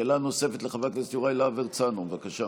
שאלה נוספת, לחבר הכנסת יוראי להב הרצנו, בבקשה.